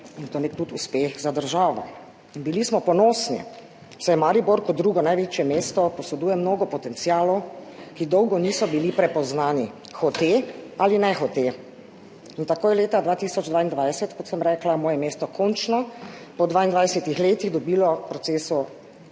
in tudi nek uspeh za državo in bili smo ponosni, saj Maribor kot drugo največje mesto poseduje mnogo potencialov, ki dolgo niso bili prepoznani, hote ali nehote. In tako je leta 2022, kot sem rekla, moje mesto končno po 22 letih dobilo v procesu